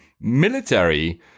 military